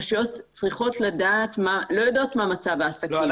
רשויות לא יודעת מה מצב העסקים.